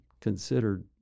considered